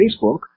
Facebook